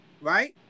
right